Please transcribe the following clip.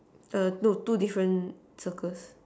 err no two different circles